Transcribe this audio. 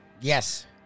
Yes